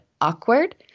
awkward